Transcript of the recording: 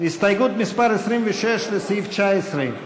הסתייגות מס' 26 לסעיף 19,